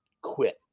quit